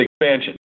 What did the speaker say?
expansion